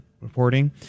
reporting